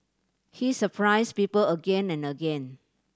he surprised people again and again